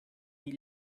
die